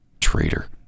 Traitor